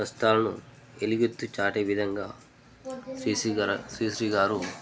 కష్టాలను ఎలుగెత్తి చాటే విధంగా శ్రీ శ్రీ గారు శ్రీ శ్రీ గారు